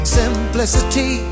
simplicity